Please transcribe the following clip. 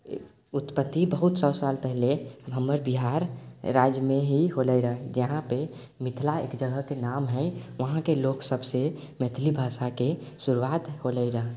उत्पति बहुत सओ साल पहिले हमर बिहार राज्यमे ही होलै रहै जहाँपर मिथिला एक जगहके नाम हइ वहाँके लोक सबसँ मैथिली भाषाके शुरुआत होलै रहै